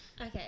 Okay